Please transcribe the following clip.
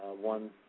one